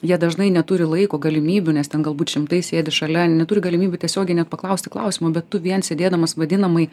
jie dažnai neturi laiko galimybių nes ten galbūt šimtai sėdi šalia neturi galimybių tiesiogiai net paklausti klausimo bet tu vien sėdėdamas vadinamai